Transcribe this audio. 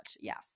Yes